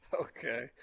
Okay